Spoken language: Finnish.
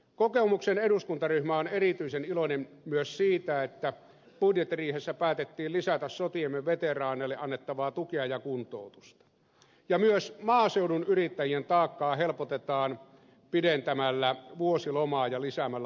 kokoomuksen eduskuntaryhmä on erityisen iloinen myös siitä että budjettiriihessä päätettiin lisätä sotiemme veteraaneille annettavaa tukea ja kuntoutusta ja myös maaseudun yrittäjien taakkaa helpotetaan pidentämällä vuosilomaa ja lisäämällä lomituspalveluita